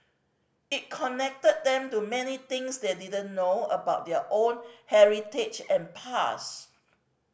it connected them to many things they didn't know about their own heritage and past